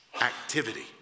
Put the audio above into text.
activity